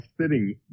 sitting